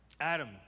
Adam